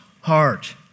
heart